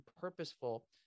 purposeful